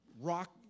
rock